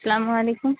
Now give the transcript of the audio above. السّلام علیکم